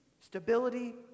stability